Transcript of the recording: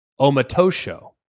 Omatosho